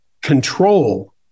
control